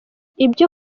ibyo